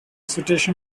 situation